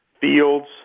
Fields